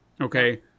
Okay